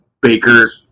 Baker